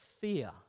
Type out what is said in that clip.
fear